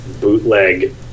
bootleg